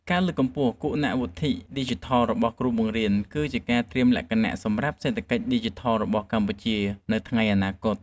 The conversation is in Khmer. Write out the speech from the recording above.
ការលើកកម្ពស់គុណវុឌ្ឍិឌីជីថលរបស់គ្រូបង្រៀនគឺជាការត្រៀមលក្ខណៈសម្រាប់សេដ្ឋកិច្ចឌីជីថលរបស់កម្ពុជានៅថ្ងៃអនាគត។